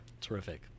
Terrific